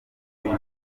ugere